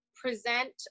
present